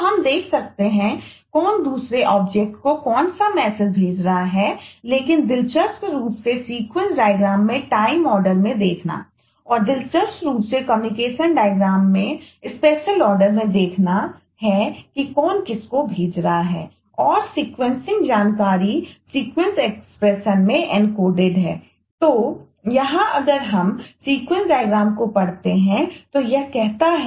तो हम देख सकते हैं कौन दूसरे ऑब्जेक्ट 12 है